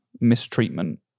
mistreatment